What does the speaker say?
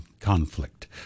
conflict